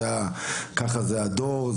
ככה זה הדור,